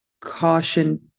caution